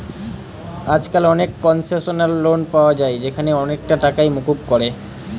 আজকাল অনেক concessional loan পায়া যায় যেখানে অনেকটা টাকাই মুকুব করে